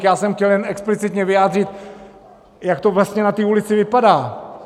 Já jsem chtěl jen explicitně vyjádřit, jak to vlastně na ulici vypadá.